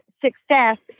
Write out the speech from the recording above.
success